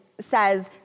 says